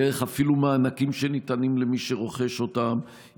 דרך אפילו מענקים שניתנים למי שרוכש אותם,